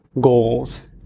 goals